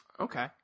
Okay